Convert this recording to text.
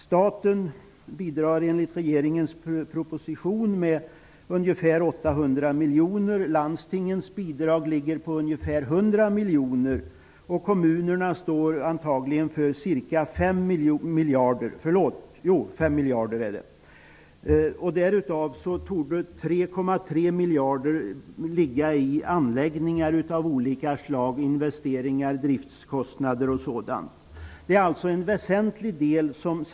Staten bidrar enligt regeringens proposition med ungefär 800 miljoner. Landstingens bidrag ligger på ungefär 100 miljoner. Kommunerna står antagligen för ca 5 miljarder. Därav torde 3,3 miljarder ligga i anläggningar av olika slag, i form av investeringar, driftskostnader och sådant. Samhället står alltså för en väsentlig del.